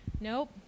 Nope